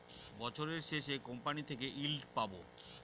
বছরের শেষে কোম্পানি থেকে ইল্ড পাবো